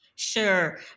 Sure